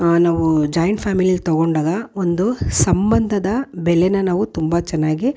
ನಾವು ಜಾಯಿಂಟ್ ಫ್ಯಾಮಿಲೀಲಿ ತಗೊಂಡಾಗ ಒಂದು ಸಂಬಂಧದ ಬೆಲೆನ ನಾವು ತುಂಬ ಚೆನ್ನಾಗಿ